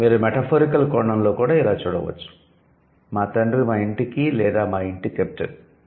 మీరు మెటఫోరికల్ కోణంలో కూడా ఇలా చూడవచ్చు 'మా తండ్రి మా ఇంటికి లేదా మా ఇంటి కెప్టెన్'